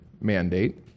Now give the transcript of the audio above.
mandate